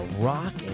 rock